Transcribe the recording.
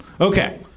Okay